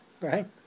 right